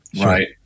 Right